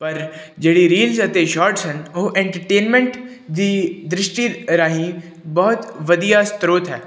ਪਰ ਜਿਹੜੀ ਰੀਲਜ਼ ਅਤੇ ਸ਼ੋਰਟਸ ਹਨ ਉਹ ਐਂਟਰਟੇਨਮੈਂਟ ਦੀ ਦ੍ਰਿਸ਼ਟੀ ਰਾਹੀਂ ਬਹੁਤ ਵਧੀਆ ਸਰੋਤ ਹੈ